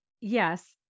yes